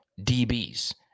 DBs